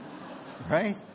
Right